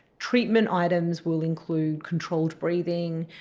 treatment items will include controlled breathing,